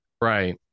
right